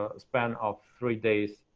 ah span of three days,